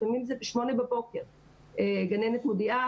לפעמים זה ב-8:00 בבוקר גננת מודיעה